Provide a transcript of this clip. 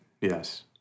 yes